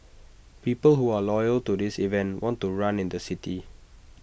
people who are loyal to this event want to run in the city